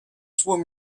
swim